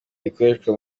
rikoreshwa